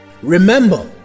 Remember